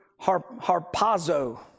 harpazo